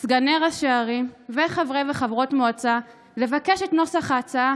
סגני ראשי ערים וחברי וחברות מועצה לבקש את נוסח ההצעה,